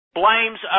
blames